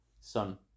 sun